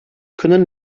können